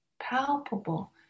palpable